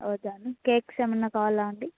అవుదాను cakes ఏమైనా కాావాలా అండి